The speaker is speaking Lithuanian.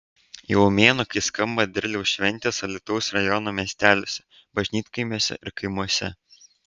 jau mėnuo kai skamba derliaus šventės alytaus rajono miesteliuose bažnytkaimiuose ir kaimuose